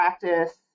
practice